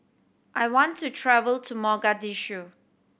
I want to travel to Mogadishu